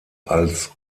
als